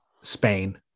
Spain